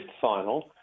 final